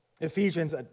Ephesians